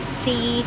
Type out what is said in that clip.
see